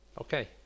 Okay